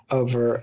over